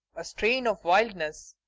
a strain of wildness.